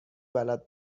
بلد